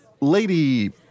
Lady